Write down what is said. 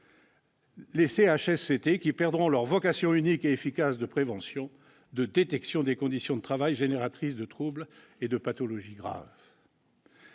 -les CHSCT, qui perdront leur vocation unique et efficace de prévention et de détection des conditions de travail génératrices de troubles et de pathologies graves.